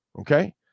Okay